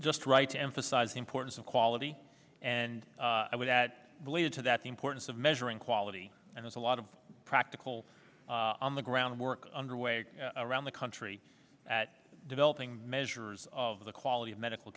just right to emphasize the importance of quality and i would that play into that the importance of measuring quality and there's a lot of practical on the ground work under way around the country at developing measures of the quality of medical